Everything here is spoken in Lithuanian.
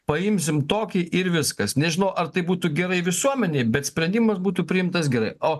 paimsim tokį ir viskas nežinau ar tai būtų gerai visuomenei bet sprendimas būtų priimtas gerai o